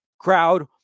Crowd